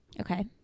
Okay